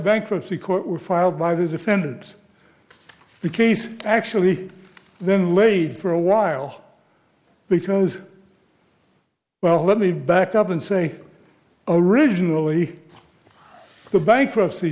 bankruptcy court were filed by the defendants in the case actually then laid for a while because well let me back up and say originally the bankruptcy